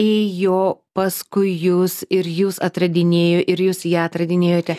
ėjo paskui jus ir jus atradinėjo ir jūs ją atradinėjote